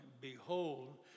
behold